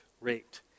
rate